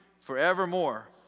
forevermore